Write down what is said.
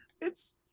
It's-